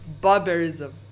barbarism